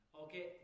Okay